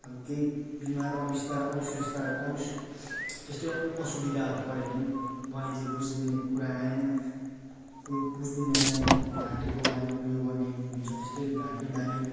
अब केही बिमार अबिस्ता अबिसिस्ताहरू अबिसेस् त्यस्तै असुविधाहरू पर्यो भने पनि मालिकले बुझिदिने कुरा आएन बुझिदिँदैन ढाँटेको बान उयो गर्ने हुन्छ त्यस्तै ढाँट्ने बानी